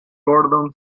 gordon